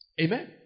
amen